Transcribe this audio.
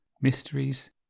mysteries